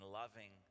loving